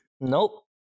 Nope